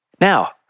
Now